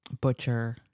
butcher